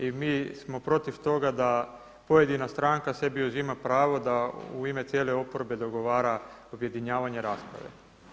I mi smo protiv toga da pojedina stranka sebi uzima pravo da u ime cijele oporbe dogovara objedinjavanje rasprave.